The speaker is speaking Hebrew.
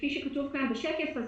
כפי שכתוב כאן בשקף,